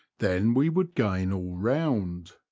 then we would gain all round.